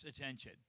attention